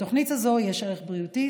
בתוכנית הזאת יש ערך בריאותי,